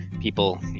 people